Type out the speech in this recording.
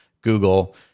Google